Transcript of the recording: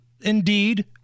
indeed